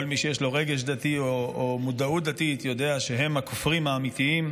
כל מי שיש לו רגש דתי או מודעות דתית יודע שהם הכופרים האמיתיים.